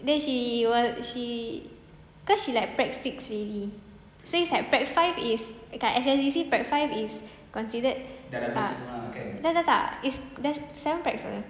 then she was she cause she like prac six already so it's like prac five is dekat S_S_D_C prac five is considered ah tak tak tak it's there's seven prac [pe]